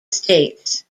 states